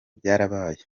byarabaye